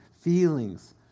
feelings